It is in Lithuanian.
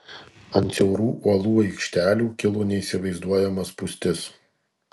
ant siaurų uolų aikštelių kilo neįsivaizduojama spūstis